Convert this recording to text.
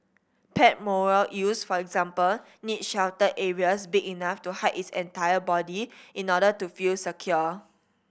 pet moray eels for example need sheltered areas big enough to hide its entire body in order to feel secure